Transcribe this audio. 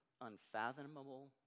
unfathomable